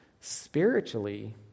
spiritually